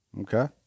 Okay